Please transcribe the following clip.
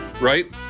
right